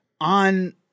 on